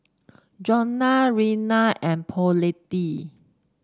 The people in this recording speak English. Johnna Reanna and Paulette